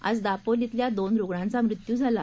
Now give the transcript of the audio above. आज दापोलीतल्या दोन रुग्णांचा मृत्यू झाला